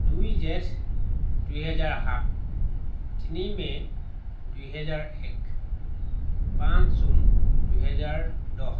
দুই জেঠ দুহেজাৰ সাত তিনি মে' দুহেজাৰ এক পাচঁ জুন দুহেজাৰ দহ